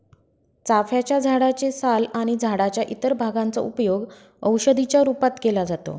चाफ्याच्या झाडे चे साल आणि झाडाच्या इतर भागांचा उपयोग औषधी च्या रूपात केला जातो